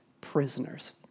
prisoners